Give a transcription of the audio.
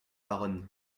baronne